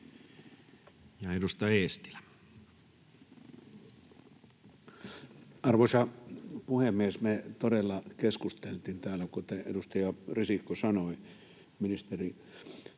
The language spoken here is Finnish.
edustaja Eestilä. Arvoisa puhemies! Me todella keskusteltiin täällä, kuten edustaja Risikko sanoi, ministerin